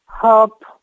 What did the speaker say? help